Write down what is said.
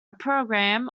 programme